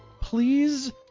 please